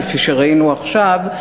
כפי שראינו עכשיו,